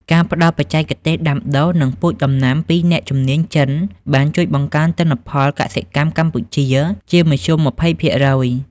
ការផ្ដល់បច្ចេកទេសដាំដុះ និងពូជដំណាំពីអ្នកជំនាញចិន បានជួយបង្កើនទិន្នផលកសិកម្មកម្ពុជាជាមធ្យម ២០%។